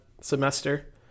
semester